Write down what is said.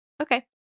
Okay